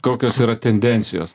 kokios yra tendencijos